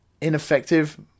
ineffective